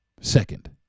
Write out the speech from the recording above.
second